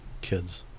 kids